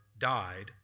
died